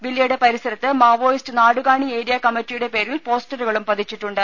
വില്ലയുടെ പരിസരത്ത് Maoist Nadukani area കമ്മറ്റിയുടെ പേരിൽ പോസ്റ്ററുകളും പതിച്ചിട്ടുണ്ട്